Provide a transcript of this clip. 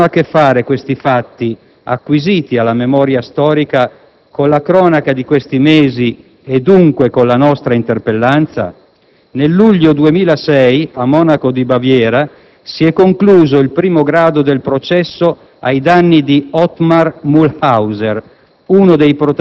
Cosa hanno a che fare questi fatti, acquisiti alla memoria storica, con la cronaca di questi mesi e, dunque, con la nostra interpellanza? Nel luglio 2006 a Monaco di Baviera si è concluso il primo grado del processo ai danni di Otmar Mühlhauser,